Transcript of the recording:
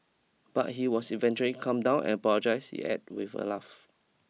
but he was eventually calm down and apologise she add with a laugh